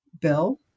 bill